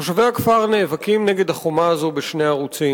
תושבי הכפר נאבקים נגד החומה הזו בשני ערוצים.